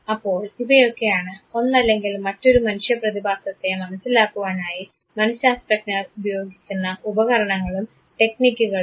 അപ്പോൾ ഇവയൊക്കെയാണ് ഒന്നല്ലെങ്കിൽ മറ്റൊരു മനുഷ്യ പ്രതിഭാസത്തെ മനസ്സിലാക്കുവാനായി മനഃശാസ്ത്രജ്ഞർ ഉപയോഗിക്കുന്ന ഉപകരണങ്ങളും ടെക്നിക്കുകളും